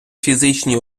фізичні